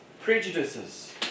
prejudices